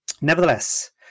nevertheless